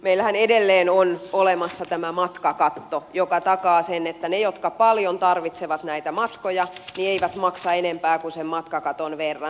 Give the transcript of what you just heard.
niin meillähän edelleen on olemassa tämä matkakatto joka takaa sen että ne jotka paljon tarvitsevat näitä matkoja eivät maksa enempää kuin sen matkakaton verran